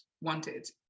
wanted